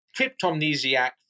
cryptomnesiac